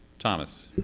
thomas?